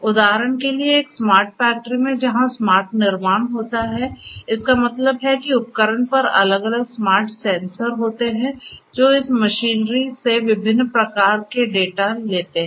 उदाहरण के लिए एक स्मार्ट फैक्ट्री में जहां स्मार्ट निर्माण होता है इसका मतलब है कि उपकरण पर अलग अलग स्मार्ट सेंसर होते हैं जो इस मशीनरी से विभिन्न प्रकार के डेटा लेते हैं